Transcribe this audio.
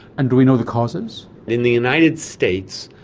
and do we know the causes? in the united states,